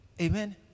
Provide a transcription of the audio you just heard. Amen